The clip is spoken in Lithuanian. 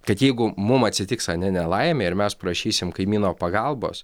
kad jeigu mum atsitiks ane nelaimė ir mes prašysim kaimyno pagalbos